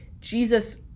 Jesus